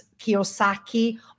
Kiyosaki